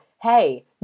hey